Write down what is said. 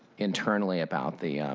internally about the